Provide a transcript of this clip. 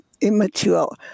immature